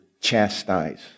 chastise